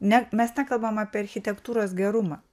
ne mes nekalbam apie architektūros gerumą